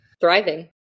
thriving